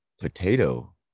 potato